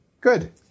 Good